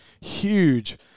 huge